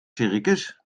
circus